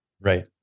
Right